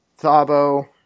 Thabo